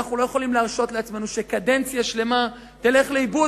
אנחנו לא יכולים להרשות לעצמנו שקדנציה שלמה תלך לאיבוד